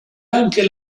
anche